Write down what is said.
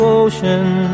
ocean